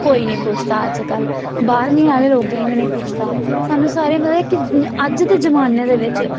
कोई निं पुछदा अज्जकल बाह्रमीं आह्लें लोकें गी बी नेईं पुछदा सानूं सारें गी पता कि अज्ज दे जमान्ने दे बिच्च